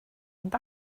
ond